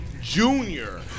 Junior